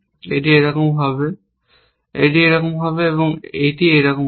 এটি এরকম হবে এটি এরকম হবে এবং এটি এরকম হবে